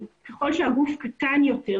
ככל שהגוף קטן יותר,